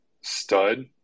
stud